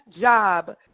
job